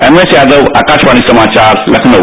M S Yadav Akashvani समाचार लखनऊ